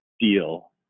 deal